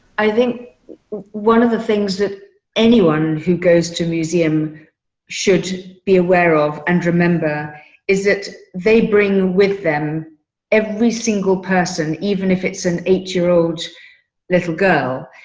i think one of the things that anyone who goes to museums should be aware of and remember is. they bring with them every single person, even if it's an eight year old little girl,